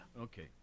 Okay